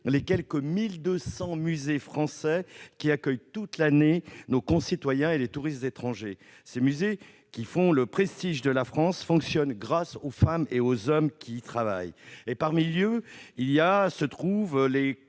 les quelque 1 200 musées français qui accueillent toute l'année nos concitoyens et les touristes étrangers. Ces musées, qui font le prestige de la France, fonctionnent grâce aux femmes et aux hommes qui y travaillent. Parmi eux se trouvent les